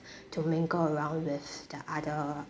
to mingle around with the other